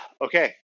Okay